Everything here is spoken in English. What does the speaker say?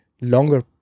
longer